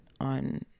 on